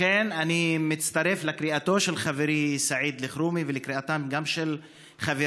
לכן אני מצטרף לקריאתו של חברי סעיד אלחרומי וגם לקריאתם של חבריי,